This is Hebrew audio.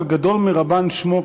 אבל גדול מרבן שמו,